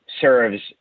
serves